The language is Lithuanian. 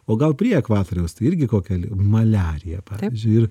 o gal prie ekvatoriaus tai irgi kokia maliarija pavyzdžiui ir